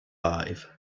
alive